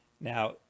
now